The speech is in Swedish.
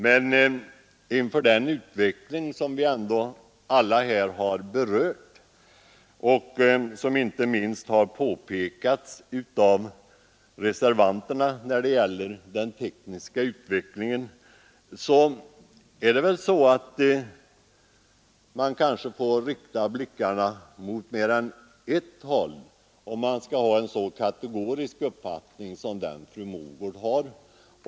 Men inför den utveckling som vi här har berört och som även reservanterna pekat på när det gäller det tekniska området får man kanske rikta blickarna mot mer än ett håll om man skall ha en så kategorisk uppfattning som den fru Mogård har.